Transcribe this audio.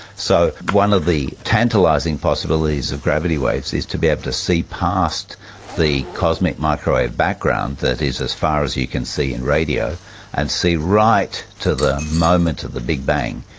so one of the tantalising possibilities of gravity waves is to be able to see past the cosmic microwave background that is as far as you can see in radio and see right to the moment of the big bang,